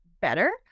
better